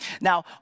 Now